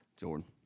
Jordan